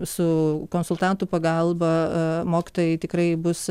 su konsultantų pagalba mokytojai tikrai bus